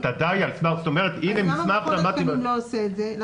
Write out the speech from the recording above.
זאת אומרת: הנה מסמך שעמדתי ב --- אז